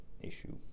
issue